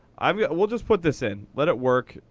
i mean we'll just put this in. let it work,